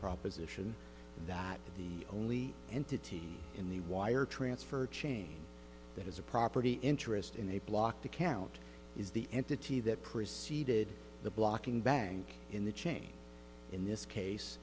proposition that the only entity in the wire transfer chain that has a property interest in a blocked account is the entity that preceded the blocking bank in the chain in this case